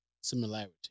similarity